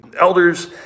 elders